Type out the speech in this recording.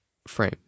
frame